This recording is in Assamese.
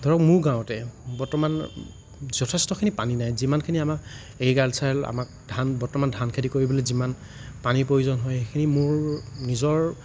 ধৰক মোৰ গাঁৱতে বৰ্তমান যথেষ্টখিনি পানী নাই যিমান আমাক এগ্ৰিকাল্ছাৰেল আমাক ধান বৰ্তমান ধান খেতি কৰিবলৈ যিমান পানীৰ প্ৰয়োজন হয় সেইখিনি মোৰ নিজৰ